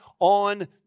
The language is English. on